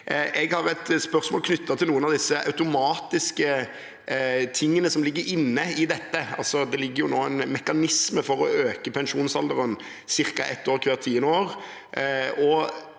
Jeg har et spørsmål knyttet til noen av de automatiske tingene som ligger inne i dette. Altså: Det ligger nå inne en mekanisme for å øke pensjonsalderen med ca. ett år hvert tiår.